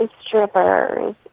Strippers